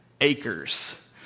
acres